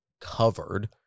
covered